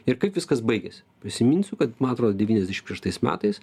ir kaip viskas baigėsi prisiminsiu kad man atrodo devyniasdešim šeštais metais